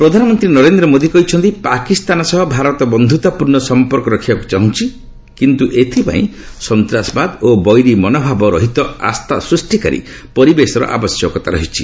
PM ପ୍ରଧାନମନ୍ତ୍ରୀ ନରେନ୍ଦ୍ର ମୋଦୀ କହିଛନ୍ତି ପାକିସ୍ତାନ ସହ ଭାରତ ବନ୍ଧୁତାପୂର୍ଣ୍ଣ ସଫପର୍କ ରଖିବାକୁ ଚାହୁଁଛି କିନ୍ତୁ ଏଥିପାଇଁ ସନ୍ତାସବାଦ ଓ ବୈରୀ ମନୋଭାବ ରହିତ ଆସ୍ଥା ସୃଷ୍ଟିକାରୀ ପରିବେଶର ଆବଶ୍ୟକତା ରହିଛି